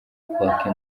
kwaka